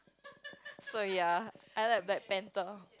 so ya I like Black-Panther